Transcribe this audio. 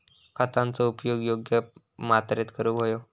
खतांचो उपयोग योग्य मात्रेत करूक व्हयो